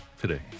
Today